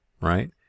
right